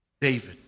David